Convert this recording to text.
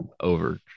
over